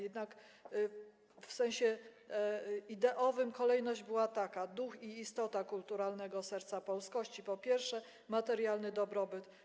Jednak w sensie ideowym kolejność była taka: po pierwsze, duch i istota kulturalnego serca polskości, po drugie, materialny dobrobyt.